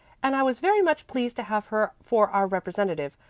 and i was very much pleased to have her for our representative.